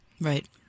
Right